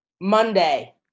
Monday